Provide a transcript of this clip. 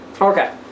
Okay